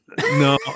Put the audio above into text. No